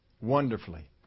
wonderfully